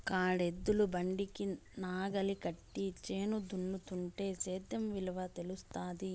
కాడెద్దుల బండికి నాగలి కట్టి చేను దున్నుతుంటే సేద్యం విలువ తెలుస్తాది